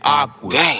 awkward